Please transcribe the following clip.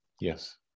Yes